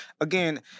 again